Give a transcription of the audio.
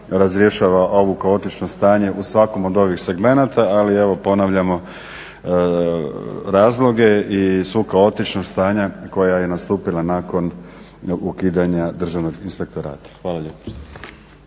razrješava ovo kaotično stanje u svakom od ovih segmenata, ali evo ponavljamo razloge i svu kaotičnost stanja koje je nastupilo nakon ukidanja Državnog inspektorata. Hvala lijepo.